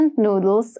noodles